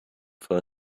for